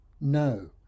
No